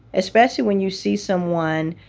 especially when you see someone,